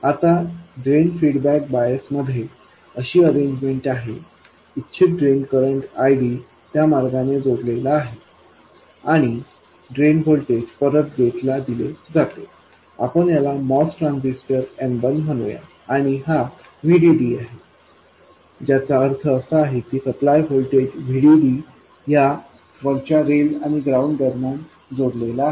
आता drain feedback बायसमध्ये अशी अरेंजमेंट आहे इच्छित ड्रेन करंट I0 त्या मार्गाने जोडलेला आहे आणि ड्रेन व्होल्टेज परत गेटला दिले जाते आपण याला MOS ट्रान्झिस्टर M1 म्हणूया आणि हा VDD आहे ज्याचा अर्थ असा आहे की सप्लाय व्होल्टेज VDD या वरच्या रेल् आणि ग्राउंड दरम्यान जोडलेला आहे